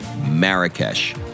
Marrakesh